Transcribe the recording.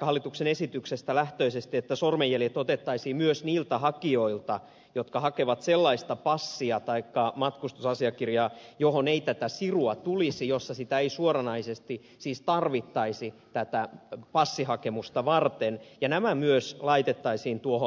hallituksen esityksestä lähtien että sormenjäljet otettaisiin myös niiltä hakijoilta jotka hakevat sellaista passia taikka matkustusasiakirjaa johon ei tätä sirua tulisi jossa sitä ei suoranaisesti siis tarvittaisi passihakemusta varten ja nämä myös laitettaisiin tuohon rekisteriin